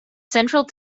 central